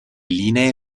linee